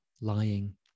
lying